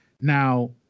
Now